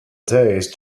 days